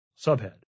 Subhead